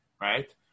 right